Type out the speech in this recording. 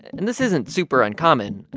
and this isn't super uncommon.